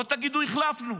שלא תגידו שהחלפנו.